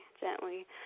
gently